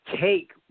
take